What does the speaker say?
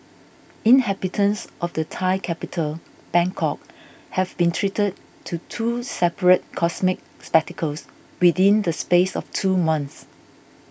inhabitants of the Thai capital Bangkok have been treated to two separate cosmic spectacles within the space of two months